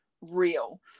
real